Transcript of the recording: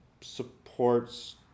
supports